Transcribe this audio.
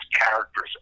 characters